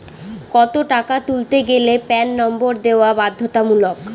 কত টাকা তুলতে গেলে প্যান নম্বর দেওয়া বাধ্যতামূলক?